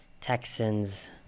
texans